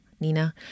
Nina